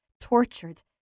tortured